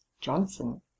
Johnson